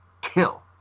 kill